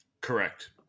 Correct